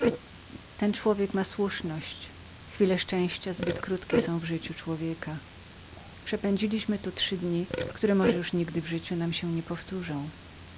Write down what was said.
ten człowiek ma słuszność chwile szczęścia zbyt krótkie są w życiu człowieka przepędziłyśmy tu trzy dni które może już nigdy w życiu nam się nie powtórzą